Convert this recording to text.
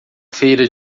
feira